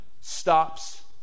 stops